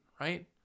right